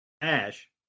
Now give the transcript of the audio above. Ash